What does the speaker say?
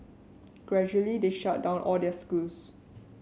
gradually they shut down all their schools